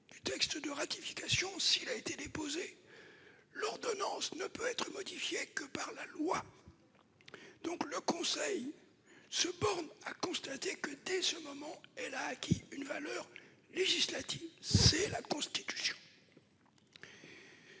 du texte de ratification, l'ordonnance ne peut être modifiée que par la loi. Le Conseil se borne donc à constater que, dès ce moment, elle a acquis une valeur législative. C'est la Constitution